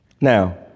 Now